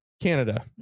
Canada